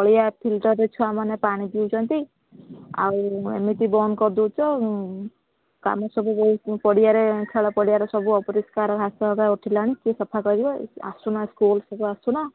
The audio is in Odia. ଅଳିଆ ଫିଲ୍ଟର୍ରେ ଛୁଆମାନେ ପାଣି ପିଉଛନ୍ତି ଆଉ ଏମିତି ବନ୍ଦ କରି ଦେଉଛ କାମ ସବୁ ପଡ଼ିଆରେ ସବୁ ଅପରିଷ୍କାର ଘାସ ଉଠିଲାଣି କିଏ ସଫା କରିବ ଏ ଆସୁନ ସ୍କୁଲ ସବୁ ଆସୁନ